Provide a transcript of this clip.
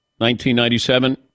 1997